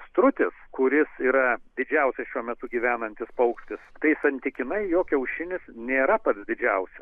strutis kuris yra didžiausias šiuo metu gyvenantis paukštis tai santykinai jo kiaušinis nėra pats didžiausias